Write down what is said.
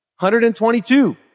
122